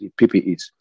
PPEs